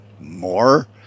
more